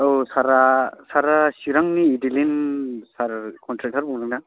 औ सारा सारआ चिरांनि दिलिन सार कनट्रेक्ट'र बुंदों ना